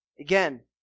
again